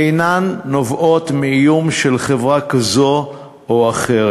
אינה נובעת מאיום של חברה כזאת או אחרת,